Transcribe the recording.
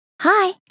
Hi